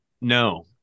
no